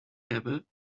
hebben